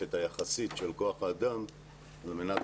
התוספת היחסית של כוח האדם על מנת